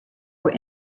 were